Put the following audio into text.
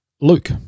Luke